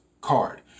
card